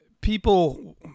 people